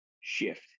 shift